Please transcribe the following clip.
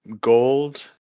gold